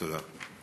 תודה.